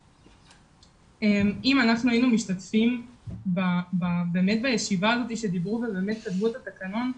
אם היינו משתתפים בישיבה שכתבו את התקנון,